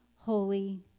Holy